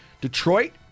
Detroit